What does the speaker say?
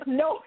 no